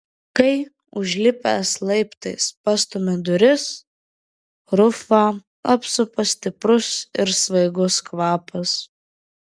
kai užlipęs laiptais pastumia duris rufą apsupa stiprus ir svaigus kvapas